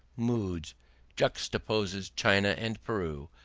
moods juxtaposes china and peru,